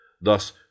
Thus